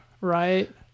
right